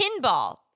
pinball